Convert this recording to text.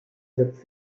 setzt